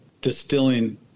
distilling